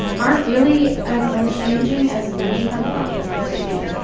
aren't really as unchanging as many have thought them to be.